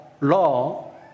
law